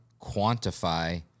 quantify